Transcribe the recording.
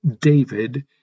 David